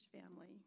family